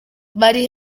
bari